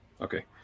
Okay